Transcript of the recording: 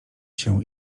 się